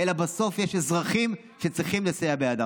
אלא בסוף יש אזרחים שצריכים לסייע בידם.